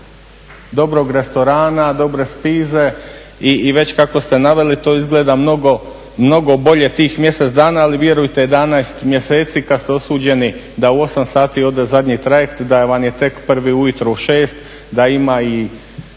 dobrog restorana, dobre spize i već kako ste naveli to izgleda mnogo bolje tih mjesec dana ali vjerujte 11 mjeseci kad ste osuđeni da u 8 sati ode zadnji trajekt, a da vam je tek prvi ujutro u 6 da ima i